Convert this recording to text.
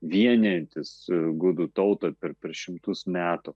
vienijantis ir gudų tautą per per šimtus metų